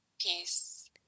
peace